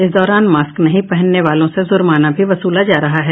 इस दौरान मास्क नहीं पहनने वालों से जुर्माना भी वसूला जा रहा है